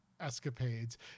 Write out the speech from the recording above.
escapades